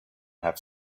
have